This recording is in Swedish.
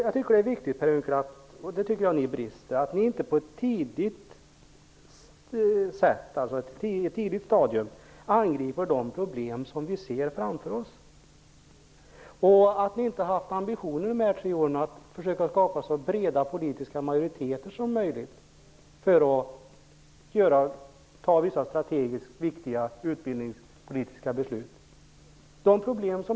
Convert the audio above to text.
Jag tycker att det är en brist hos er, Per Unckel, att ni inte på ett tidigt stadium angriper de problem som vi kan se framför oss och att ni under de gångna tre åren inte har haft ambitionen att försöka skapa så breda politiska majoriteter som möjligt för att fatta vissa strategiskt viktiga utbildningspolitiska beslut.